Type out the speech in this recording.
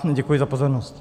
Děkuji za pozornost.